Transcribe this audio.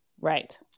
right